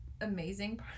amazing